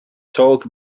talk